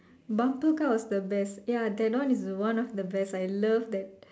bumper car was the best ya that one was one of the best I love that